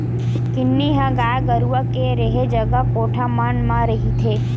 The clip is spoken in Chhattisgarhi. किन्नी ह गाय गरुवा के रेहे जगा कोठा मन म रहिथे